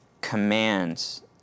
commands